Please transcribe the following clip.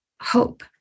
Hope